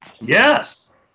Yes